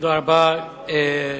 תודה רבה,